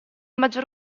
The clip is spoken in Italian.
maggior